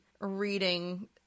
reading